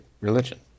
religion